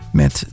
met